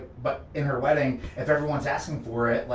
but in her wedding, if everyone's asking for it, like